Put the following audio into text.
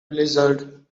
blizzard